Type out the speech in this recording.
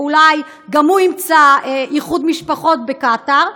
ואולי גם הוא ימצא איחוד משפחות בקטאר,